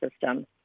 system